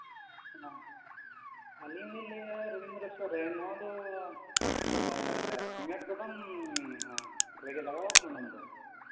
ᱚ ᱟᱹᱞᱤᱧ ᱞᱤᱧ ᱞᱟᱹᱭᱮᱫᱼᱟ ᱨᱚᱵᱤᱱᱫᱨᱚ ᱥᱚᱨᱮᱱ ᱱᱚᱣᱟ ᱫᱚ ᱥᱤᱢᱮᱱᱴ ᱜᱳᱫᱟᱢ ᱨᱮᱜᱮ ᱞᱟᱜᱟᱣ ᱠᱟᱱᱟ ᱱᱚᱢᱵᱚᱨ